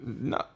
No